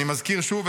אני מזכיר שוב,